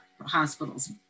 hospitals